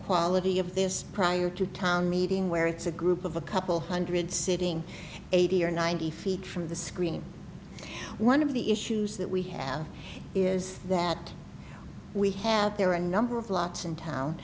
quality of this prior to town meeting where it's a group of a couple hundred sitting eighty or ninety feet from the screen one of the issues that we have is that we have there are a number of lots in town